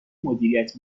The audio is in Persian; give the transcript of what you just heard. مدیریت